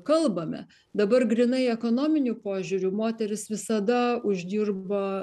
kalbame dabar grynai ekonominiu požiūriu moterys visada uždirba